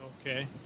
okay